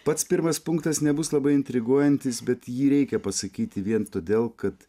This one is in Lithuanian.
pats pirmas punktas nebus labai intriguojantis bet jį reikia pasakyti vien todėl kad